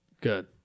Good